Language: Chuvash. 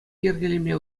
йӗркелеме